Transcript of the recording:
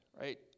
Right